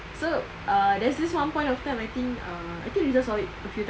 so ah there's this one point of time I think ah rizal saw it a few times